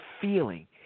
feeling